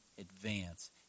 advance